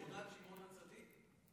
שכונת שמעון הצדיק?